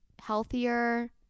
healthier